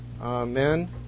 Amen